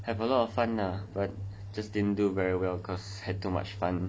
have a lot of fun lah but just didn't do very well because had too much fun